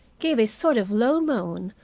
gave a sort of low moan,